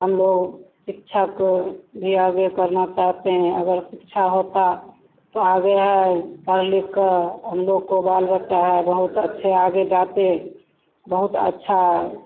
हमलोग शिक्षा को भी आगे करना चाहते हैं अगर शिक्षा होता तो आगे है पढ़ लिखकर हमलोग को बाल बच्चा है बहुत अच्छे आगे जाते बहुत अच्छा